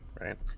Right